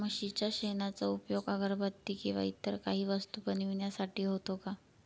म्हशीच्या शेणाचा उपयोग अगरबत्ती किंवा इतर काही वस्तू बनविण्यासाठी होतो का?